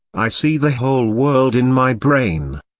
i see the whole world in my brain,